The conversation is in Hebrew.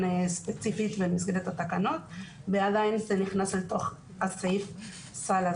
ספציפי במסגרת התקנות ועדיין זה נכנס לתוך סעיף הסל.